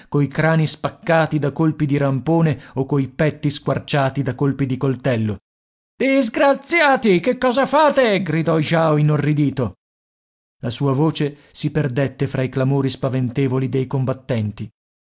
coi crani spaccati da colpi di rampone o coi petti squarciati da colpi di coltello disgraziati che cosa fate gridò jao inorridito la sua voce si perdette fra i clamori spaventevoli dei combattenti